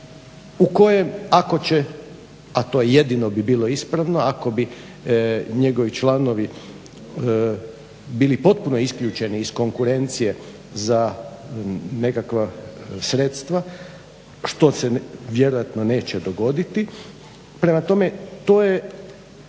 u kojem ako će, a to je jedino bi bilo ispravno ako bi njegovi članovi bili potpuno isključeni iz konkurencije za nekakva sredstva što se vjerojatno neće dogoditi. Prema tome, to je